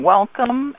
Welcome